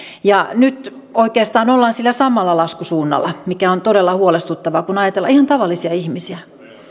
ja nyt oikeastaan ollaan sillä samalla laskusuunnalla mikä on todella huolestuttavaa kun ajatellaan ihan tavallisia ihmisiä